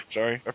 Sorry